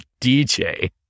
DJ